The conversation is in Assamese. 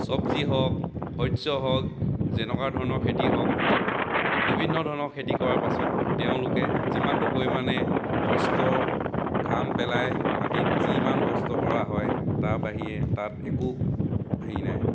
চব্জী হওক শস্য হওক যেনেকুৱা ধৰণৰ খেতি হওক বিভিন্ন ধৰণৰ খেতি কৰাৰ পাছত তেওঁলোকে যিমানটো পৰিমাণে কষ্ট ঘাম পেলাই মাটিত যিমান কষ্ট কৰা হয় তাৰ বাহিৰে তাত একো হেৰি নাই